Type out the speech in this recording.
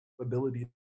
ability